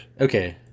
Okay